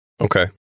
Okay